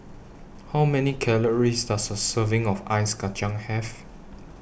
How Many Calories Does A Serving of Ice Kacang Have